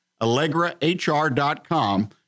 AllegraHR.com